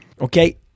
Okay